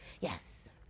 Yes